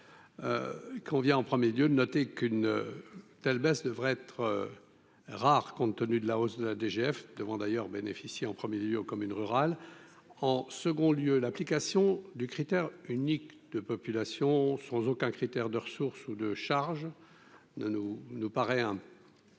qu'on vient en 1er lieu de noter qu'une telle baisse devrait être rares compte tenu de la hausse de la DGF devant d'ailleurs bénéficier en 1er lieu aux communes rurales en second lieu, l'application du critère unique de population sans aucun critère de ressources ou de charges ne nous nous paraît un